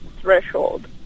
threshold